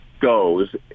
goes